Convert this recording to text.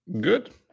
good